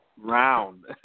round